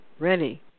ready